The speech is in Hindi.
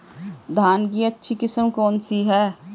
धान की अच्छी किस्म कौन सी है?